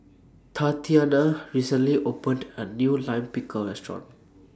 Tatiana recently opened A New Lime Pickle Restaurant